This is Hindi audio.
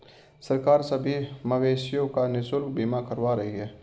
सरकार सभी मवेशियों का निशुल्क बीमा करवा रही है